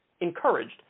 encouraged